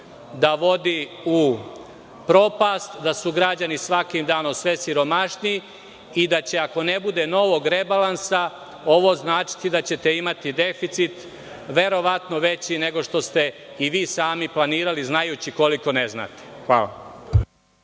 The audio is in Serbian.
bankrot, u propast, da su građani svakim danom sve siromašniji i da će, ako ne bude novog rebalansa, ovo značiti da ćete imati deficit verovatno veći nego što ste i vi sami planirali, znajući koliko ne znate. Hvala.